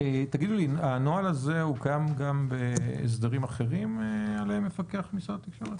הנוהל הזה קיים גם בהסדרים אחרים עליהם מפקח משרד התקשורת?